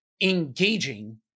engaging